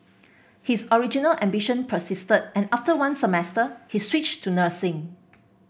his original ambition persisted and after one semester he switched to nursing